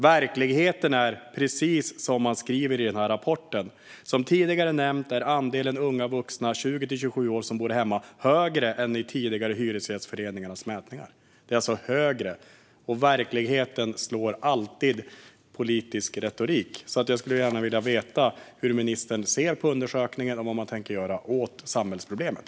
Verkligheten är precis som det står i rapporten: "Som tidigare nämnt är andelen unga vuxna i åldrarna 20 till 27 som bor hemma högre än tidigare i Hyresgästföreningens mätningar." Det är alltså högre. Verkligheten slår alltid politisk retorik. Jag skulle gärna vilja höra hur ministern ser på undersökningen och vad man tänker göra åt samhällsproblemet.